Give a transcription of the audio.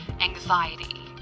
anxiety